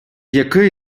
який